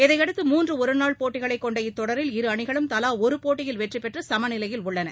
இதையடுத்து மூன்று ஒரு நாள் போட்டிகளை கொண்ட இத்தொடரில் இரு அணிகளும் தவா ஒரு போட்டியில் வெற்றி பெற்று சுமநிலையில் உள்ளன